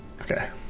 Okay